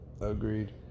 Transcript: Agreed